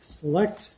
Select